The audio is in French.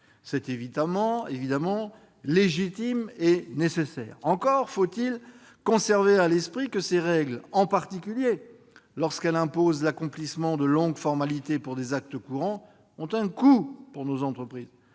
C'est bien sûr légitime et nécessaire. Encore faut-il conserver à l'esprit que ces règles, singulièrement lorsqu'elles imposent l'accomplissement de longues formalités pour des actes courants, ont un coût pour nos entreprises,